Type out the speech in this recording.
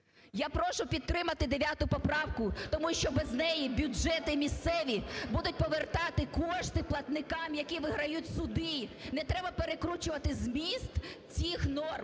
Я прошу підтримати дев'яту поправку, тому що без неї бюджети місцеві будуть повертати кошти платникам, які виграють суди, не треба перекручувати зміст цих норм.